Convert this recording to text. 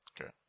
Okay